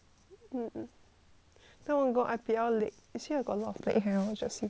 then I want go I_P_L leg you see I got a lot of leg hair hor jessie hor